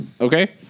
okay